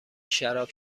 شراب